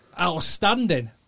Outstanding